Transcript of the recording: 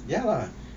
ya lah